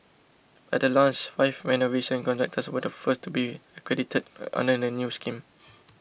at the launch five renovation contractors were the first to be accredited under the new scheme